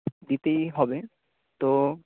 দিতেই হবে তো